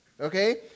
okay